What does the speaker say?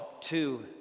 two